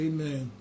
Amen